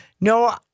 no